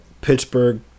Pittsburgh